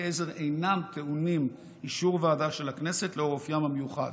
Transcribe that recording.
עזר אינם טעונים אישור ועדה של הכנסת לאור אופיים המיוחד.